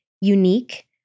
unique